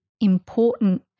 important